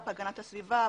הגנת הסביבה,